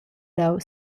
leu